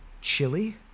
chili